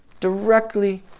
directly